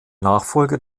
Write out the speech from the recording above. nachfolger